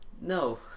No